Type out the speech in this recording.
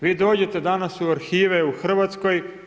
Vi dođete danas u arhive u Hrvatskoj.